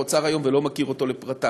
אוצר היום ואני לא מכיר אותו לפרטיו.